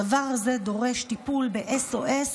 הדבר הזה דורש טיפול SOS,